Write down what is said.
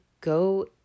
go